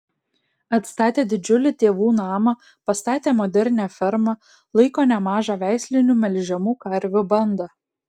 atstatė didžiulį tėvų namą pastatė modernią fermą laiko nemažą veislinių melžiamų karvių bandą